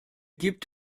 gibt